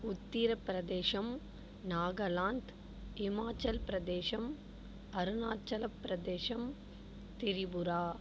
Uttar Pradesh Nagaland Himachal Pradesh Arunachal Pradesh Tripura